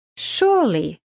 Surely